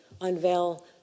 unveil